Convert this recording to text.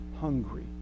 hungry